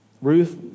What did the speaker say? Ruth